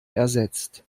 ersetzt